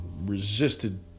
resisted